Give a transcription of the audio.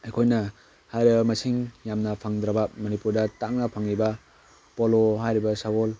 ꯑꯩꯈꯣꯏꯅ ꯍꯥꯏꯔꯤꯕ ꯃꯁꯤꯡ ꯌꯥꯝꯅ ꯐꯪꯗ꯭ꯔꯕ ꯃꯅꯤꯄꯨꯔꯗ ꯇꯥꯡꯅ ꯐꯪꯏꯕ ꯄꯣꯂꯣ ꯍꯥꯏꯔꯤꯕ ꯁꯒꯣꯜ